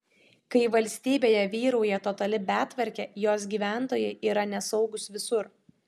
kai valstybėje vyrauja totali betvarkė jos gyventojai yra nesaugūs visur